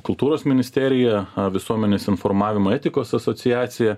kultūros ministerija visuomenės informavimo etikos asociacija